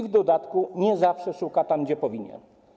W dodatku nie zawsze szuka tam, gdzie powinien.